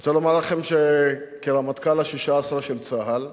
אני רוצה לומר לכם שכרמטכ"ל ה-16 של צה"ל,